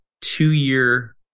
two-year